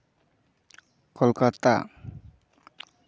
Kolkata